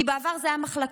כי בעבר זה היה מחלקה,